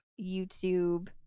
youtube